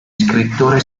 scrittore